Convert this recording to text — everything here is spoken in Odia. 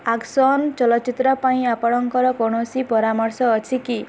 ଆକ୍ସନ୍ ଚଳଚ୍ଚିତ୍ର ପାଇଁ ଆପଣଙ୍କର କୌଣସି ପରାମର୍ଶ ଅଛି କି